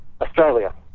Australia